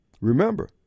remember